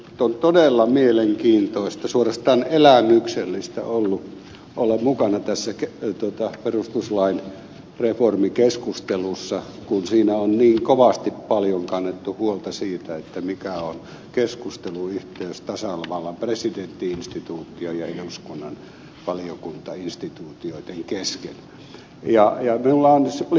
on todella mielenkiintoista suorastaan elämyksellistä ollut olla mukana tässä perustuslain reformikeskustelussa kun siinä on niin kovin paljon kannettu huolta siitä mikä on keskusteluyhteys tasavallan presidentti instituution ja eduskunnan valiokuntainstituutioiden kesken